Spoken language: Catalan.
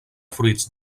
fruits